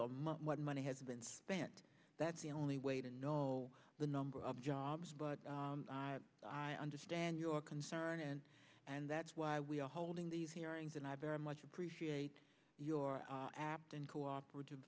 money what money has been spent that's the only way to know the number of jobs but i understand your concern and and that's why we are holding these hearings and i very much appreciate your apt and cooperative